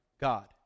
God